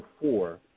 four